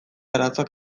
arazoak